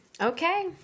okay